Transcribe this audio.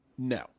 No